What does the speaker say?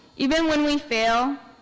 even when we fail,